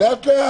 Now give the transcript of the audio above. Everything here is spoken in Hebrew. חבר'ה, לאט לאט.